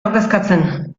ordezkatzen